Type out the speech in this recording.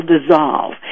dissolve